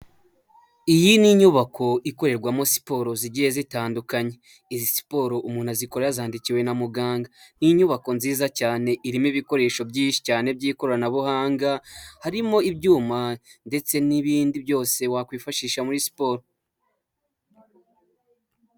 Iyi ni inyubako ikorerwamo siporo zigiye zitandukanye. Izi siporo umuntu azikora yazandikiwe na muganga nk'inyubako nziza cyane irimo ibikoresho byinshi cyane by'ikoranabuhanga, harimo ibyuma ndetse n'ibindi byose wakwifashisha muri siporo.